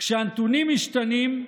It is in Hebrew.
"כשהנתונים משתנים,